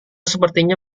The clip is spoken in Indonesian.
sepertinya